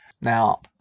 Now